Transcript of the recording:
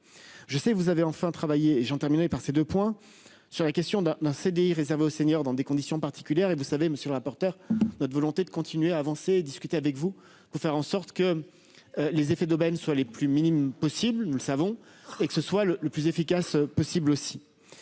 Je sais que vous avez enfin travailler et j'en terminerai par ces deux points, sur la question d'un d'un CDI réservé aux seniors dans des conditions particulières et vous savez monsieur le rapporteur. Notre volonté de continuer à avancer, discuter avec vous pour faire en sorte que. Les effets d'aubaine soient les plus minimes possible, nous le savons et que ce soit le le plus efficace possible aussi.